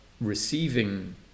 receiving